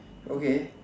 okay